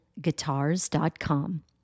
guitars.com